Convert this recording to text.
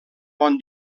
bon